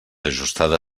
ajustada